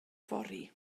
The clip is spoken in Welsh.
fory